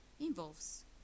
involves